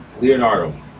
Leonardo